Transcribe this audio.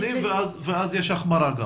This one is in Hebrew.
שנים, ואז יש החמרה.